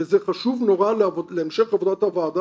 וזה חשוב נורא להמשך עבודת הוועדה,